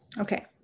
Okay